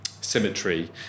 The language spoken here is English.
symmetry